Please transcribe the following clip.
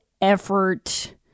effort